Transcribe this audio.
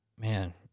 Man